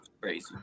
crazy